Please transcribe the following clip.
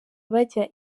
bajya